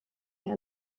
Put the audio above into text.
herr